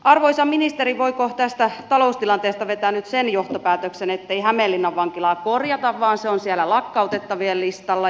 arvoisa ministeri voiko tästä taloustilanteesta vetää nyt sen johtopäätöksen ettei hämeenlinnan vankilaa korjata vaan se on siellä lakkautettavien listalla